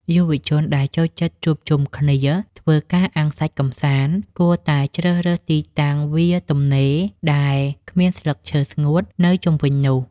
យុវជនដែលចូលចិត្តជួបជុំគ្នាធ្វើការអាំងសាច់កម្សាន្តគួរតែជ្រើសរើសទីតាំងវាលទំនេរដែលគ្មានស្លឹកឈើស្ងួតនៅជុំវិញនោះ។